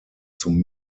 zum